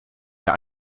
der